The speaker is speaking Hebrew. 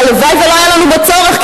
שהלוואי שלא היה לנו בו צורך,